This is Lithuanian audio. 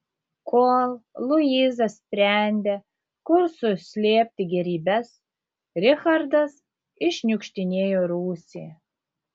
kol luiza sprendė kur suslėpti gėrybes richardas iššniukštinėjo rūsį